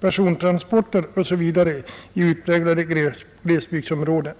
persontransporter osv. i utpräglade glesbygdsområden.